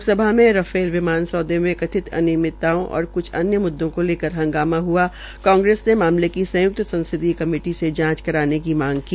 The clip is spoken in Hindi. लोकसभा में राफेल विमान सौदे में कथित अनियमितताओं और कुछ अन्य मुद्दों को लकर हंगामा हआ कांग्रेस ने मामले की संयुक्त संसदीय कमेटी से जांच कराने की मांग की